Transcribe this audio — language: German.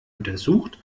untersucht